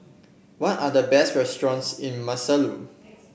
what are the best restaurants in Maseru